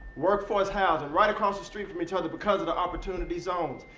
workforce housing, right across the street from each other because of the opportunity zones.